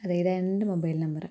അതെ രണ്ട് mobile number